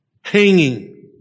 hanging